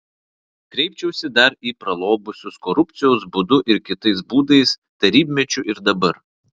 kreipčiausi dar į pralobusius korupcijos būdu ir kitais būdais tarybmečiu ir dabar